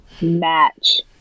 match